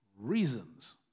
reasons